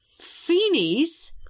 Feenies